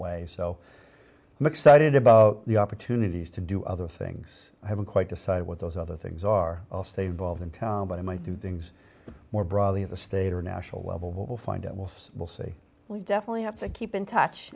ways so i'm excited about the opportunities to do other things i haven't quite decided what those other things are i'll stay involved in tom but i might do things more broadly at the state or national level but we'll find out we'll see we'll see we definitely have to keep in touch